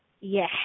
yes